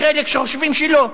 יש חלק שחושבים שלא.